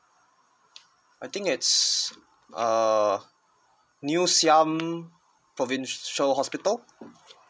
I think is uh new siam province shore hospital